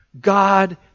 God